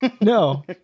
No